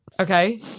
okay